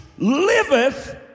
liveth